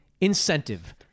incentive